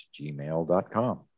gmail.com